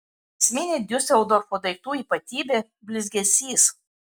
esminė diuseldorfo daiktų ypatybė blizgesys